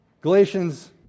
Galatians